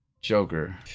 Joker